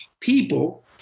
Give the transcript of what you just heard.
people